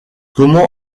comment